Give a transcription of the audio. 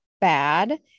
bad